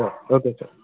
okay okay sir